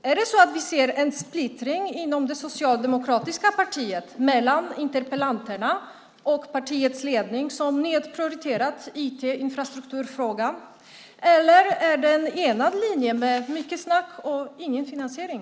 Är det så att vi ser en splittring inom det socialdemokratiska partiet mellan interpellanterna och partiets ledning, som nedprioriterat IT-infrastrukturfrågan, eller är det en enad linje med mycket snack och ingen finansiering?